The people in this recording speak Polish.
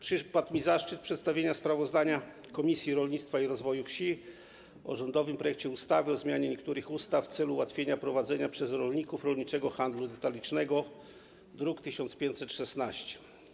Przypadł mi zaszczyt przedstawienia sprawozdania Komisji Rolnictwa i Rozwoju Wsi o rządowym projekcie ustawy o zmianie niektórych ustaw w celu ułatwienia prowadzenia przez rolników rolniczego handlu detalicznego, druk nr 1516.